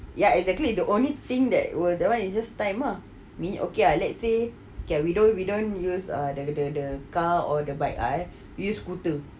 ya exactly the only thing that were that [one] is just time ah minyak okay lah let's say we don't we don't use the the the car or the bike ah we use scooter